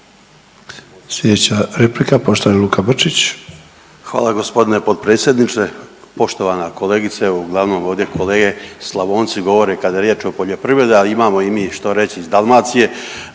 Sljedeća replika, poštovani Luka Brčić. **Brčić, Luka (HDZ)** Hvala g. potpredsjedniče. Poštovana kolegice, uglavnom ovdje kolege Slavonci govore kada je riječ o poljoprivredi, ali imamo i mi što reći iz Dalmacije,